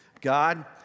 God